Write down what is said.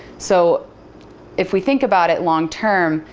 so if we think about it long-term,